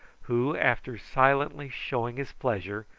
who, after silently showing his pleasure,